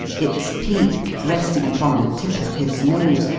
its peak resting upon the tip of his nose,